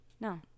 no